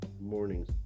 mornings